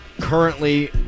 currently